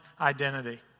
identity